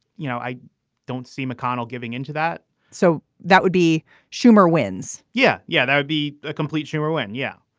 you know, i don't see mcconnell giving into that so that would be schumer wins yeah. yeah, that would be a complete sure. win. yeah.